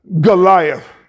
Goliath